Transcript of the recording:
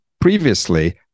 previously